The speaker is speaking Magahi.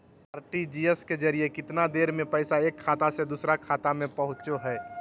आर.टी.जी.एस के जरिए कितना देर में पैसा एक खाता से दुसर खाता में पहुचो है?